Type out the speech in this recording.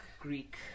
Greek